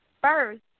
First